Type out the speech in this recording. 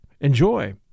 Enjoy